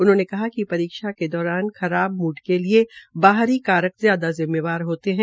उन्होंने कहा कि परीक्षा के दौरान खराब मूड के लिए बाहरी कारक ज्यादा जिम्मेदार होते है